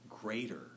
greater